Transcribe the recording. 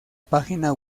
página